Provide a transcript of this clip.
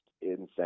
insane